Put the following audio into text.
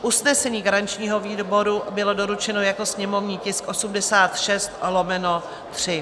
Usnesení garančního výboru bylo doručeno jako sněmovní tisk 86/3.